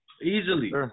Easily